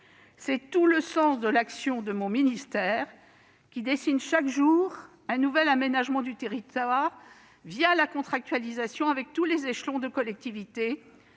C'est tout le sens de l'action de mon ministère, qui dessine chaque jour un nouvel aménagement du territoire la contractualisation avec tous les échelons de collectivités,